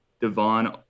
Devon